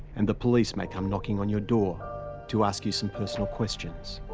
and the police may come knocking on your door to ask you some personal questions.